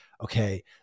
Okay